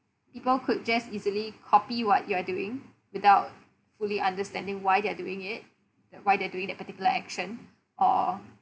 people could just easily copy what you are doing without fully understanding why they are doing it why they are doing that particular action or